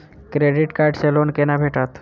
Credit card सँ loan कोना भेटत?